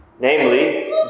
namely